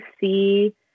see